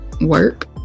work